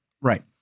Right